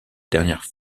dernière